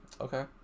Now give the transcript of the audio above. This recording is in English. Okay